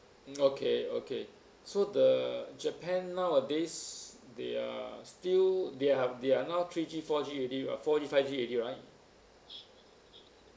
okay okay so the japan nowadays they are still they have they are now three G four G already got four G five G already right